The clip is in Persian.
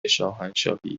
شاهنشاهی